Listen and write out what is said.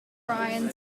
brian